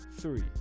Three